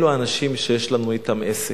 אלו האנשים שיש לנו אתם עסק.